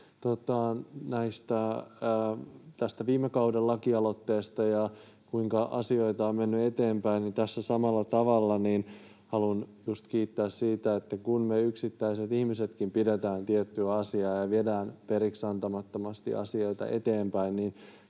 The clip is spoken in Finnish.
tästä viime kauden lakialoitteesta ja kuinka asioita on mennyt eteenpäin, niin tässä samalla tavalla haluan just kiittää siitä, että kun me yksittäiset ihmisetkin pidetään tiettyä asiaa esillä ja viedään periksiantamattomasti asioita eteenpäin,